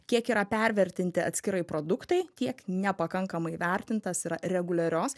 kiek yra pervertinti atskirai produktai tiek nepakankamai įvertintas yra reguliarios